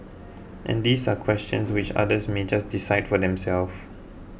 and these are questions which others may just decide for themselve